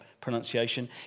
pronunciation